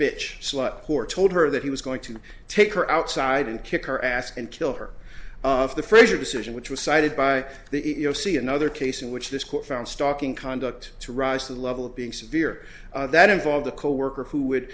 bitch slut whore told her that he was going to take her outside and kick her ass and kill her of the fraser decision which was cited by the e e o c another case in which this court found stalking conduct to rise to the level of being severe that involved a coworker who would